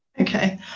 Okay